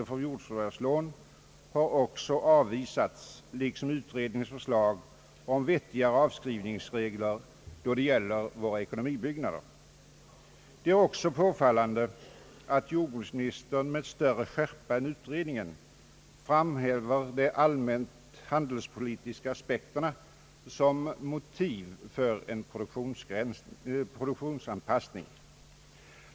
förvärvslån har också avvisats, liksom utredningens förslag om vettigare avskrivningsregler då det gäller ekonomibyggnader. Det är också påfallande att jordbruksministern med större skärpa än utredningen framhäver de allmänt handelspolitiska aspekterna som motiv för en produktionsanpassning.